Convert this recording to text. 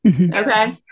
Okay